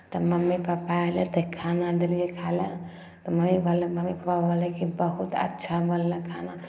तऽ mummy papa अयलै तऽ खाना देलियै खाए लए तऽ मम्मी बोललक मम्मी पापा बोललक कि बहुत अच्छा बनलै खाना